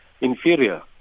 inferior